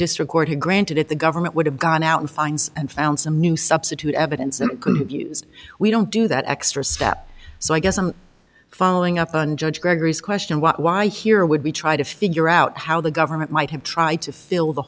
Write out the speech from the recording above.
he granted it the government would have gone out and fines and found some new substitute evidence and we don't do that extra step so i guess i'm following up on judge gregory's question what why here would be try to figure out how the government might have tried to fill the